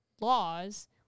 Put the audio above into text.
laws